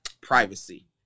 privacy